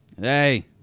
Hey